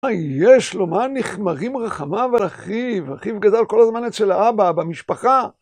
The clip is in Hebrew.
מה יש לו? מה נחמרים רחמה על אחיו? אחיו גדל כל הזמן אצל האבא, במשפחה.